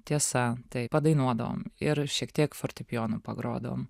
tiesa taip padainuodavom ir šiek tiek fortepijonu pagrodavom